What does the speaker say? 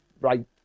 right